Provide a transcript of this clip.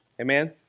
Amen